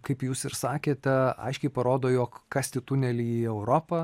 kaip jūs ir sakėte aiškiai parodo jog kasti tunelį į europą